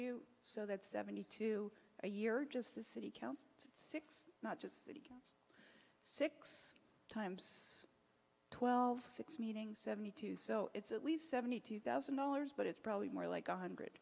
you so that's seventy two a year just the city council six not just city six times twelve six meetings seventy two so it's at least seventy two thousand dollars but it's probably more like one hundred